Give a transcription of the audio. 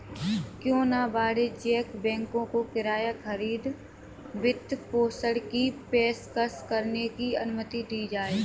क्यों न वाणिज्यिक बैंकों को किराया खरीद वित्तपोषण की पेशकश करने की अनुमति दी जाए